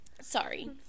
sorry